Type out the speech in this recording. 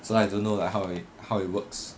so I don't know like how it how it works